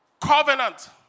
covenant